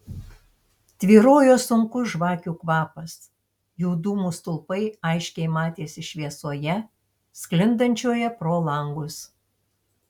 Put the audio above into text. tvyrojo sunkus žvakių kvapas jų dūmų stulpai aiškiai matėsi šviesoje sklindančioje pro langus